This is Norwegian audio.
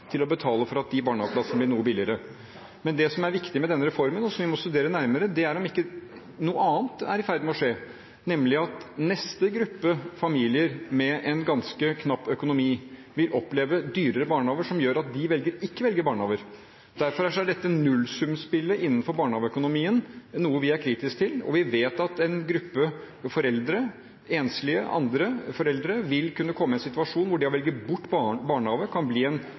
til å betale for at de barnehageplassene blir noe billigere. Det som er viktig med denne reformen, og som vi må studere nærmere, er om ikke noe annet er i ferd med å skje, nemlig at neste gruppe familier med en ganske knapp økonomi vil oppleve dyrere barnehager, som gjør at de ikke velger barnehager. Derfor er dette nullsumspillet innenfor barnehageøkonomien noe vi er kritisk til. Vi vet at noen grupper foreldre, f.eks. enslige foreldre og andre, vil kunne komme i en situasjon hvor det å velge bort barnehager vil bli